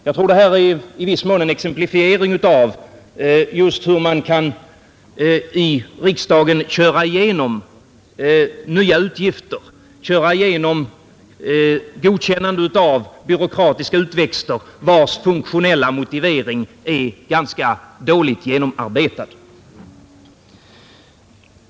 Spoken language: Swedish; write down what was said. Jag tror att det här är ett exempel just på hur man i riksdagen kan ”köra igenom” nya utgifter och godkänna införandet av byråkratiska utväxter, vilkas funktionella motivering är ganska dåligt genomarbetad.